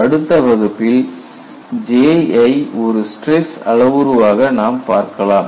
அடுத்த வகுப்பில் J ஐ ஒரு ஸ்டிரஸ் அளவுருவாக பார்க்கலாம்